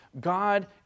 God